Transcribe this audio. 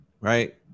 Right